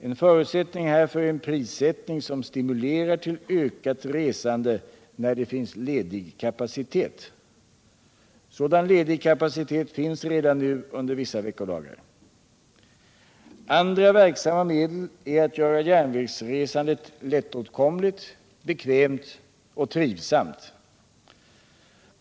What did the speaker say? En förutsättning härför är en prissättning som stimulerar till ökat resande när det finns ledig kapacitet. Sådan ledig kapacitet finns redan nu under vissa veckodagar. Andra verksamma medel är att göra järnvägsresandet lättåtkomligt, bekvämt och trivsamt.